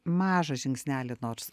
mažą žingsnelį nors